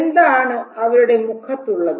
എന്താണ് അവരുടെ മുഖത്ത് ഉള്ളത്